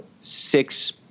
six